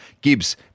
Gibbs